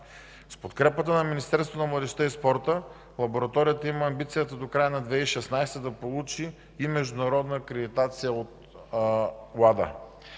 младежта и спорта лабораторията има амбицията до края на 2016 г. да получи и международна акредитация от WADA.